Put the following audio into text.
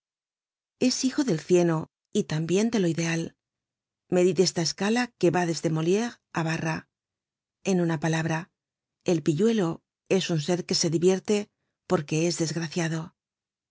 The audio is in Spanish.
es hijo del cieno y tambien de lo ideal medid esta escala que va desde moliere á barra en una palabra el pilludo es un ser que se divierte porque es desgraciado